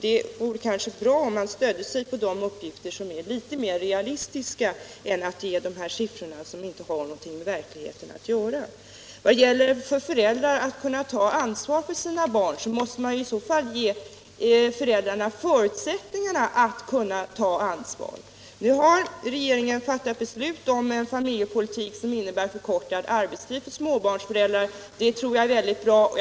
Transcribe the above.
Det vore bättre om man stödde sig på de — småbarn uppgifter som är litet mer realistiska än på siffror som inte har någonting med verkligheten att göra. Om föräldrar skall kunna ta ansvar för sina barn måste man också ge dem förutsättningar att ta det ansvaret. Nu har regering och riksdag fattat beslut om en familjepolitik som innebär förkortad arbetstid för | småbarnsföräldrar, och det är väldigt bra och viktigt.